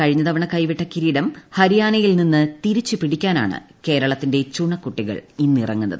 കഴിഞ്ഞ തവണ കൈവിട്ട കിരീടം ഹരിയാനയിൽ നിന്ന് തിരിച്ചുപിടിക്കാനാണ് കേരളത്തിന്റെ ചുണക്കുട്ടികൾ ഇന്നിറങ്ങുന്നത്